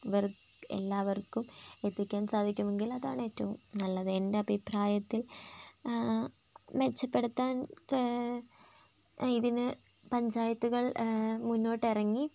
എല്ലാവർക്കും എല്ലാവർക്കും എത്തിക്കാൻ സാധിക്കുമെങ്കിൽ അതാണ് ഏറ്റവും നല്ലത് എൻ്റെ അഭിപ്രായത്തിൽ മെച്ചപ്പെടുത്താൻ ക ഇതിന് പഞ്ചായത്തുകൾ മുന്നോട്ട് ഇറങ്ങി